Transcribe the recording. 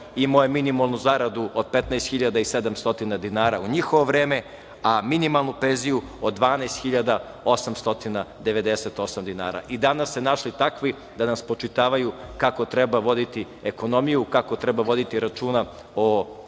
imao je minimalnu zaradu od 15.700 dinara u njihovo vreme, a minimalnu penziju od 12.898 dinara i danas se našli takvi da nam spočitavaju kako treba voditi ekonomiju i kako treba voditi računa i